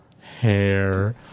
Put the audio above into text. hair